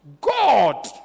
God